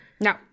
No